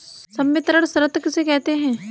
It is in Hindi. संवितरण शर्त किसे कहते हैं?